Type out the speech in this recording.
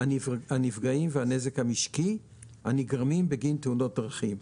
הנפגעים והנזק המשקי הנגרמים בגין תאונות דרכים.